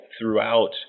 throughout